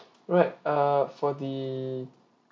right err for the